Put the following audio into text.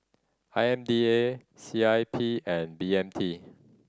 I M D A C I P and B M T